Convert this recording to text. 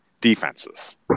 defenses